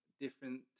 different